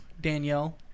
danielle